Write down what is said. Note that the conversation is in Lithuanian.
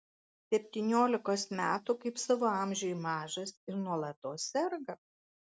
septyniolikos metų kaip savo amžiui mažas ir nuolatos serga